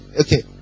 Okay